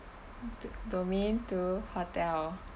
do~ domain two hotel